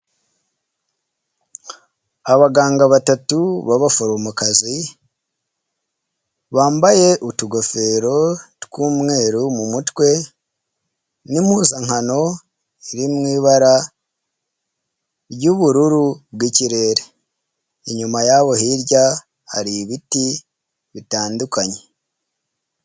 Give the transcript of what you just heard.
Abaganga batatu b'abaforomokazi, bambaye utugofero tw'umweru mu mutwe, n'impuzankano iri mwi ibara ry'ubururu bw'ikirere, inyuma yabo hirya hari ibiti bitandukanye.